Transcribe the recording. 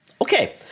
Okay